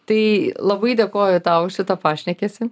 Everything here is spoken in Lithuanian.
tai labai dėkoju tau už šitą pašnekesį